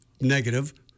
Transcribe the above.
negative